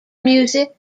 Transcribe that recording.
music